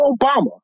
Obama